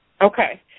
Okay